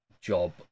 job